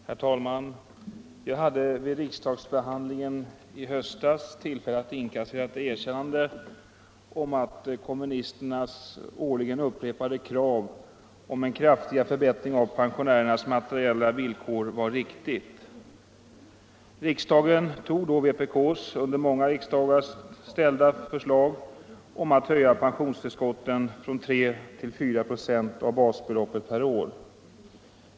Herr talman! Jag hade vid riksdagsbehandlingen i höstas tillfälle att inkassera ett erkännande av att kommunisternas årligen upprepade krav på en kraftigare förbättring av pensionärernas materiella villkor var riktigt. Riksdagen tog då vpk:s under många riksdagar ställda förslag om att höja pensionstillskotten från 3 till 4 96 av basbeloppet per år.